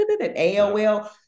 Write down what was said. AOL